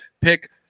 Pick